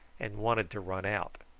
and wanted to run out.